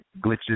glitches